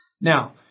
Now